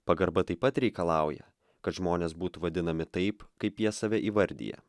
pagarba taip pat reikalauja kad žmonės būtų vadinami taip kaip jie save įvardija